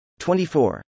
24